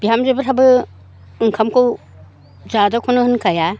बिहामजोफ्राबो ओंखामखौ जादोखौनो होनखाया